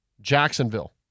Jacksonville